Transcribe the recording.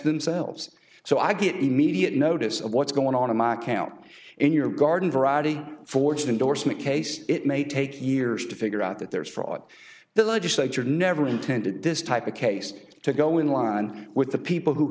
themselves so i get immediate notice of what's going on in my account in your garden variety forged indorsement case it may take years to figure out that there is fraud the legislature never intended this type of case to go in line with the people who